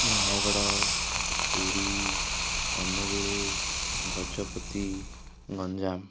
Nayagarh Puri Angul Gajapati Ganjam